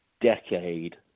decade